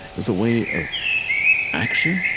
it's a way of action.